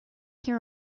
here